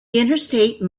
interstate